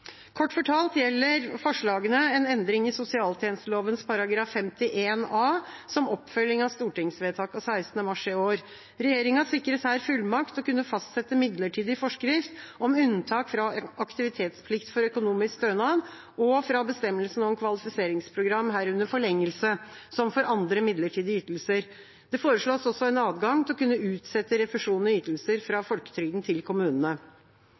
Kort fortalt gjelder forslagene en endring i sosialtjenesteloven § 51 a, som oppfølging av stortingsvedtak av 16. mars i år. Regjeringa sikres her fullmakt til å kunne fastsette midlertidig forskrift om unntak fra aktivitetsplikt for økonomisk stønad og bestemmelsene om kvalifiseringsprogram, herunder forlengelse, som for andre midlertidige ytelser. Det foreslås også en adgang til å kunne utsette refusjon i ytelser fra folketrygden til kommunene.